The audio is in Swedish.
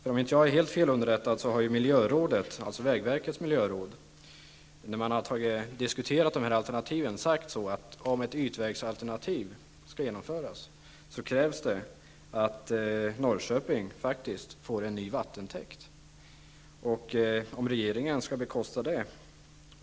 Om jag inte är helt fel underrättad, har vägverkets miljöråd sagt -- vid diskussionerna om dessa alternativ -- att om ett ytvägsalternativ skall genomföras, krävs att Norrköping får en ny vattentäckt.